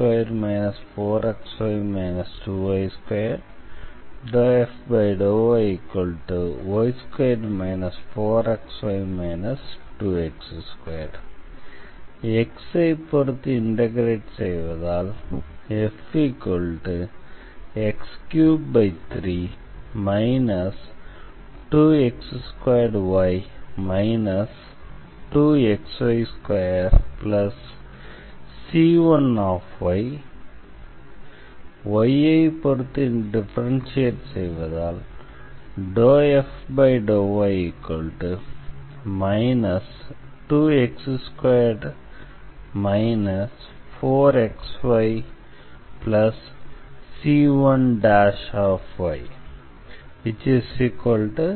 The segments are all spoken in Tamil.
∂f∂xx2 4xy 2y2 ∂f∂yy2 4xy 2x2 x ஐ பொறுத்து இண்டெக்ரேட் செய்வதால் fx33 2x2y 2xy2c1 y ஐ பொறுத்து டிஃபரன்ஷியேட் செய்வதால் ∂f∂y 2x2 4xyc1y y2 4xy 2x2 ⟹c1yy2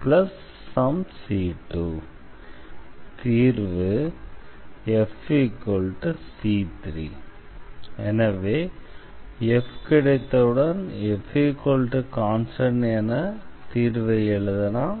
⟹c1yy33c2 தீர்வு fc3 எனவே f கிடைத்தவுடன் f கான்ஸ்டண்ட் என தீர்வை எழுதலாம்